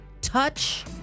touch